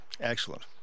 Excellent